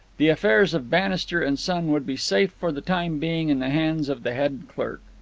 the affairs of bannister and son would be safe for the time being in the hands of the head clerk.